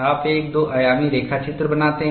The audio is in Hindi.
आप एक दो आयामी रेखा चित्र बनाते हैं